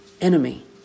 enemy